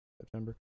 September